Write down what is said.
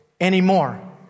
anymore